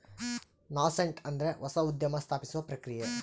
nascent ಅಂದ್ರೆ ಹೊಸ ಉದ್ಯಮ ಸ್ಥಾಪಿಸುವ ಪ್ರಕ್ರಿಯೆ